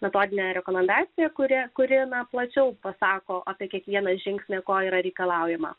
metodinė rekomendacija kuria kuriame plačiau pasako apie kiekvieną žingsnį ko yra reikalaujama